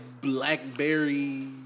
blackberry